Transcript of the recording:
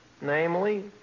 Namely